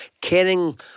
caring